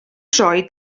droed